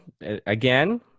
again